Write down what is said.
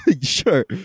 Sure